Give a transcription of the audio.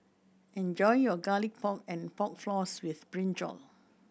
enjoy your Garlic Pork and Pork Floss with Brinjal